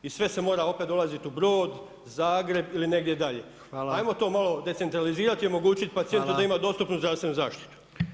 I sve se mora opet dolaziti u Brod, Zagreb ili negdje dalje [[Upadica: Hvala.]] ajmo to malo decentralizirati i omogućiti pacijentu [[Upadica: Hvala.]] da ima dostupnu zdravstvenu zaštitu.